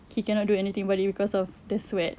he cannot do anything about it because of the sweat